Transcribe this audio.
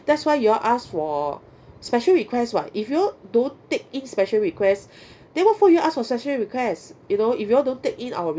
that's why you all ask for special request what if you all don't take in special request then what for you all ask for special request you know if you all don't take in our